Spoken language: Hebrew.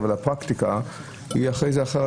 אבל הפרקטיקה היא אחרת.